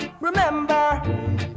remember